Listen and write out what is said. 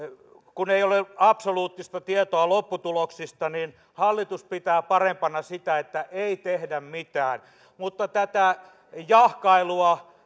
kun ei ole absoluuttista tietoa lopputuloksista niin oppositio pitää parempana sitä että ei tehdä mitään mutta tätä jahkailua